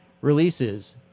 releases